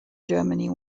germany